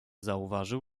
zauważył